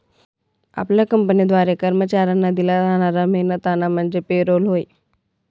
आपल्या कंपनीद्वारे कर्मचाऱ्यांना दिला जाणारा मेहनताना म्हणजे पे रोल होय